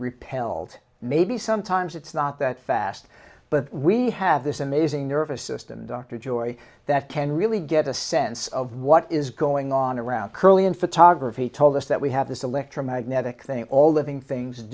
repelled maybe sometimes it's not that fast but we have this amazing nervous system dr joye that can really get a sense of what is going on around kirlian photography told us that we have this electromagnetic thing all the thing things